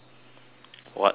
what (uh huh)